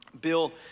Bill